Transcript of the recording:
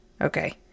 okay